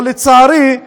אבל לצערי,